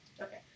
Okay